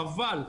חבל.